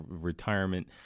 retirement